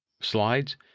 slides